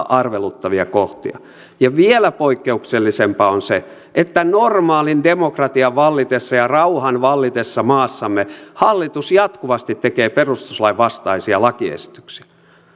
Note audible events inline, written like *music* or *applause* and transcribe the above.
*unintelligible* arveluttavia kohtia ja että vielä poikkeuksellisempaa on se että normaalin demokratian vallitessa ja rauhan vallitessa maassamme hallitus jatkuvasti tekee perustuslain vastaisia lakiesityksiä